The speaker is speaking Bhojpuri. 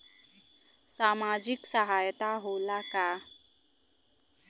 सामाजिक सहायता होला का?